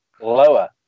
lower